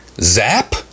Zap